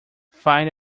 find